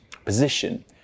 Position